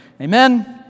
Amen